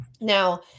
now